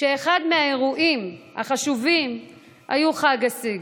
כשאחד מהאירועים החשובים היה חג הסיגד.